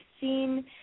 seen